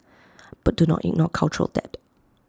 but do not ignore cultural debt